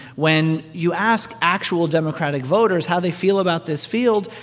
when you ask actual democratic voters how they feel about this field,